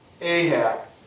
Ahab